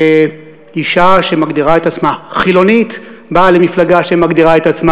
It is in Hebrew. שאישה שמגדירה את עצמה חילונית באה למפלגה שמגדירה את עצמה